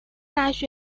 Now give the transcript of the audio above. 大学